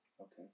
Okay